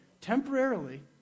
temporarily